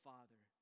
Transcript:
Father